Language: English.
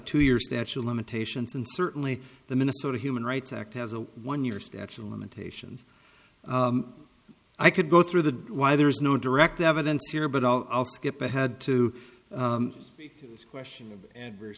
two year statute limitations and certainly the minnesota human rights act has a one year statute of limitations i could go through the why there is no direct evidence here but i'll skip ahead to the question of adverse